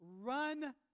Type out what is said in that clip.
Run